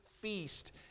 feast